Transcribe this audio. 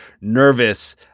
nervous